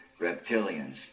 reptilians